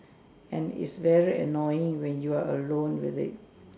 and is very annoying when you are alone with it